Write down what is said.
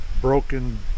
broken